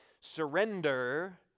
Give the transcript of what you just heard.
Surrender